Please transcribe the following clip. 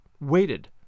waited